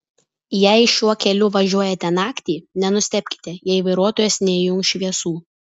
jei šiuo keliu važiuojate naktį nenustebkite jei vairuotojas neįjungs šviesų